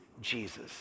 Jesus